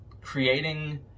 creating